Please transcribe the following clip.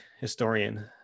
historian